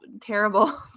terrible